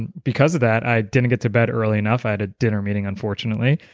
and because of that, i didn't get to bed early enough. i had a dinner meeting unfortunately,